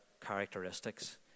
characteristics